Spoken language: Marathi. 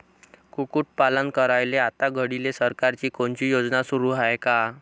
कुक्कुटपालन करायले आता घडीले सरकारची कोनची योजना सुरू हाये का?